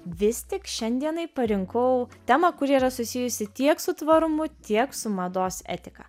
vis tik šiandienai parinkau temą kuri yra susijusi tiek su tvarumu tiek su mados etika